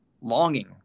longing